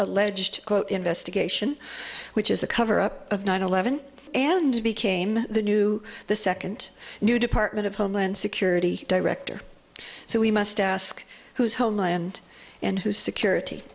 alleged quote investigation which is a cover up of nine eleven and became the new the second new department of homeland security director so we must ask whose homeland and whose security